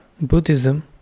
Buddhism